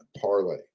parlay